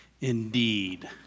Indeed